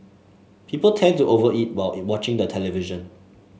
people tend to over eat while watching the television